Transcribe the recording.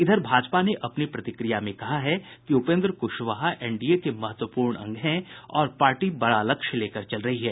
इधर भाजपा ने अपनी प्रतिक्रिया में कहा है कि उपेन्द्र कुशवाहा एनडीए के महत्वपूर्ण अंग हैं और पार्टी बड़ा लक्ष्य लेकर चल रही है